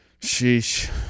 sheesh